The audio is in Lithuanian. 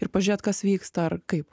ir pažiūrėt kas vyksta ar kaip